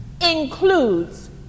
includes